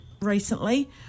recently